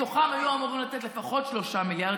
מתוכם היו אמורים לתת לפחות 3 מיליארד,